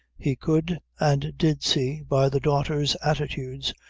he could, and did see, by the daughter's attitudes,